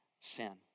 sin